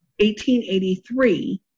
1883